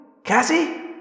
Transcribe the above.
Cassie